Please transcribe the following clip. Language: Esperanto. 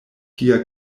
tia